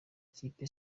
kipe